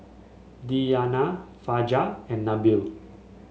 Diyana Fajar and Nabil